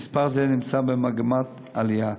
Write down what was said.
ומספר זה נמצא במגמת עלייה.